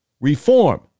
reform